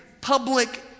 public